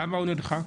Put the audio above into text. למה נדחה?